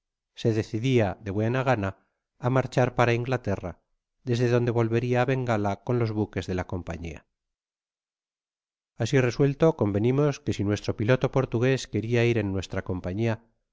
se decidia de buena gana a marchar para inglaterra desde donde volveria á bengala can los baques de la compañía asi resuelto convenimos que si onestre piloto portugués queria ir en nuestra compañia